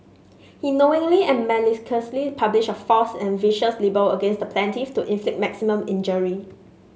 he knowingly and maliciously published a false and vicious libel against the plaintiff to inflict maximum injury